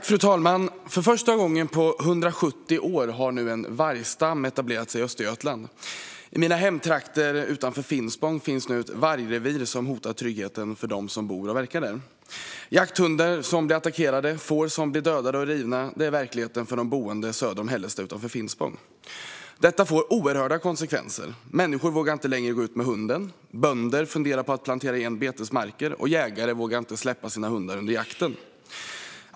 Fru talman! För första gången på 170 år har nu en vargstam etablerat sig i Östergötland. I mina hemtrakter utanför Finspång finns nu ett vargrevir som hotar tryggheten för dem som bor och verkar där. Jakthundar som blir attackerade och får som blir rivna och dödade är verkligheten för de boende söder om Hällestad utanför Finspång. Detta får oerhörda konsekvenser. Människor vågar inte längre gå ut med hunden. Bönder funderar på att plantera igen betesmarker, och jägare vågar inte släppa sina hundar under jakten.